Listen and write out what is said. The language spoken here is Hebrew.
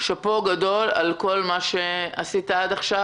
שאפו גדול על כל מה שעשית עד עכשיו,